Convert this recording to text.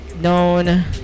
known